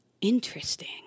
Interesting